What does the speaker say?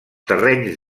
terrenys